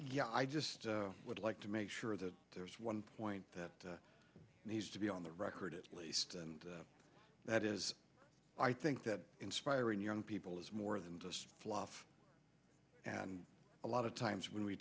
yeah i just would like to make sure that there's one point that and he's to be on the record at least and that is i think that inspiring young people is more than just fluff and a lot of times when we